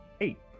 eight